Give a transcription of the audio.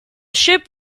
ship